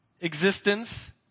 existence